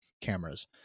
cameras